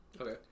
Okay